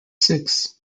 six